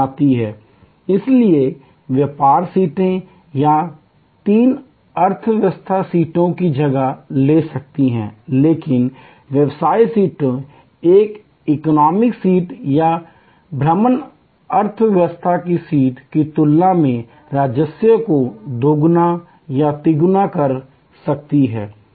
इसलिए व्यापार सीटें दो या तीन अर्थव्यवस्था सीटों की जगह ले सकती हैं लेकिन व्यवसाय सीटें एक इकोनॉमी सीट या भ्रमण अर्थव्यवस्था की सीट की तुलना में राजस्व को दोगुना या तिगुना कर सकती हैं